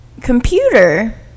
computer